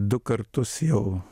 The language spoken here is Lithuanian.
du kartus jau